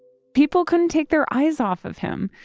people couldn't take their eyes off of him.